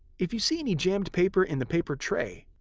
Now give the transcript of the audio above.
if you see any jammed paper in the paper tray,